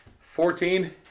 Fourteen